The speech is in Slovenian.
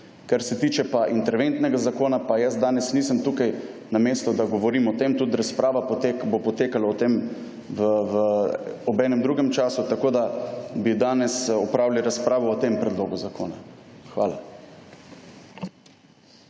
Kar se tiče interventnega zakona, pa jaz danes nisem tu na mestu, da bi govoril o tem, tudi razprava bo potekala o tem ob nekem drugem času. Tako bi danes opravili razpravo o tem predlogu zakona. Hvala.